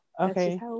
okay